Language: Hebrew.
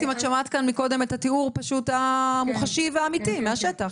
כי אני לא יודעת אם את שמעת קודם את התיאור פשוט המוחשי והאמיתי מהשטח.